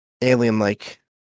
alien-like